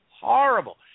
horrible